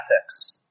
ethics